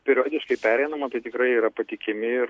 periodiškai pereinamą tai tikrai yra patikimi ir